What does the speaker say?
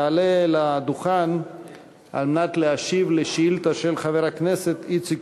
יעלה לדוכן כדי להשיב על שאילתה של חבר הכנסת איציק